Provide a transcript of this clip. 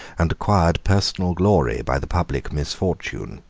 and acquired personal glory by the public misfortune.